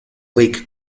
lake